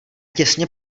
těsně